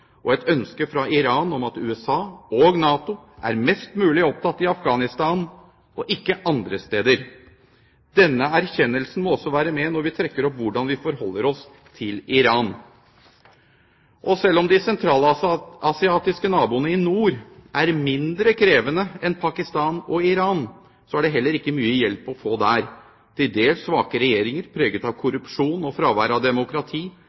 og et ønske fra Iran om at USA og NATO er mest mulig opptatt i Afghanistan og ikke andre steder. Denne erkjennelsen må også være med når vi trekker opp hvordan vi forholder oss til Iran. Selv om de sentralasiatiske naboene i nord er mindre krevende enn Pakistan og Iran, er det heller ikke mye hjelp å få der. Til dels svake regjeringer preget av korrupsjon og fravær av demokrati